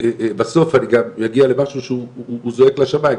ובסוף אני גם אגיע למשהו שהוא זועק לשמיים,